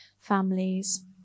families